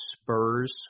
Spurs